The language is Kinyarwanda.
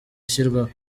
ishyirwaho